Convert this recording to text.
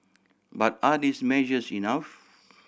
but are these measures enough